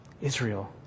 Israel